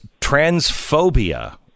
transphobia